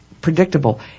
predictable